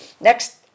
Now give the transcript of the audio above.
Next